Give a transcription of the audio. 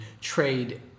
trade